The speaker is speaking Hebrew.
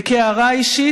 וכהערה אישית,